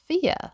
fear